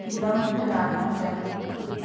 ꯍꯤꯖꯝ ꯇꯨꯅꯥꯟꯕꯤ ꯆꯅꯨ